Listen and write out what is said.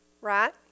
right